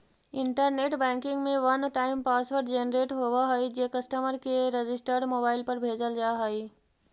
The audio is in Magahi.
इंटरनेट बैंकिंग में वन टाइम पासवर्ड जेनरेट होवऽ हइ जे कस्टमर के रजिस्टर्ड मोबाइल पर भेजल जा हइ